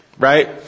Right